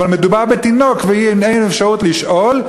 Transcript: אבל מדובר בתינוק ואין אפשרות לשאול,